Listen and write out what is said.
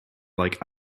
like